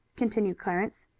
continued clarence.